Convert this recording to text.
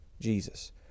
Jesus